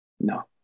No